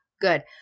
Good